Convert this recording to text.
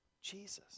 Jesus